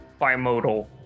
bimodal